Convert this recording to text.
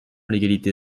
l’égalité